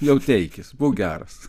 jau teikis būk geras